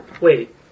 Wait